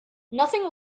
nothing